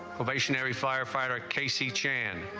stationary firefighter casey chan